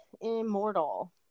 immortal